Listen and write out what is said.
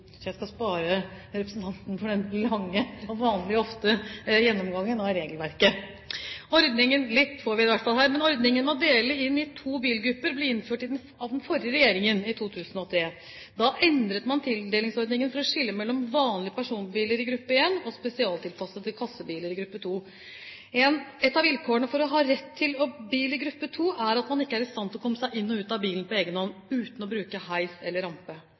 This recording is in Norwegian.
Jeg skal spare representanten for den lange og vanlige gjennomgangen av regelverket, men vi får litt her. Ordningen med å dele inn i to bilgrupper ble innført av den forrige regjeringen i 2003. Da endret man tildelingsordningen for å skille mellom vanlige personbiler i gruppe 1 og spesialtilpassede kassebiler i gruppe 2. Et av vilkårene for å ha rett til bil i gruppe 2 er at man ikke er i stand til å komme seg inn og ut av bilen på egen hånd uten å bruke heis eller rampe.